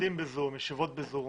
לומדים ב-זום, ישיבות ב-זום,